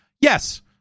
Yes